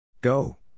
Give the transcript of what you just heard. go